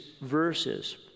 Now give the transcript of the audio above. verses